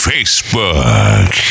Facebook